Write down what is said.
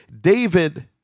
David